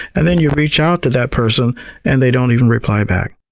and then you reach out to that person and they don't even reply back.